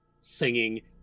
singing